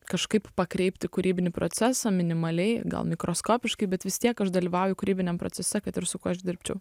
kažkaip pakreipti kūrybinį procesą minimaliai gal mikroskopiškai bet vis tiek aš dalyvauju kūrybiniam procese kad ir su kuo aš dirbčiau